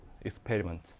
experiment